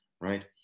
right